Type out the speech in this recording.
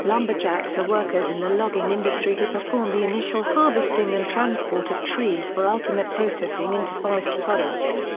lumberjacks are workers in the logging industry who perform the initial harvesting and transport of trees for ultimate processing into forest products.